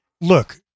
look